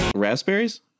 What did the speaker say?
Raspberries